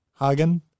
Hagen